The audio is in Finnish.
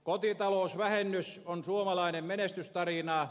kotitalousvähennys on suomalainen menestystarina